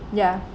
ya